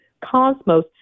cosmos